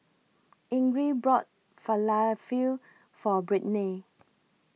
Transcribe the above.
Ingrid bought Falafel For Brittnay